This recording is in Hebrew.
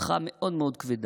אבטחה מאוד מאוד כבדה.